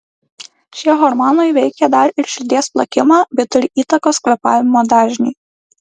šie hormonai veikia dar ir širdies plakimą bei turi įtakos kvėpavimo dažniui